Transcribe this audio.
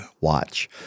Watch